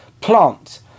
plant